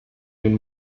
den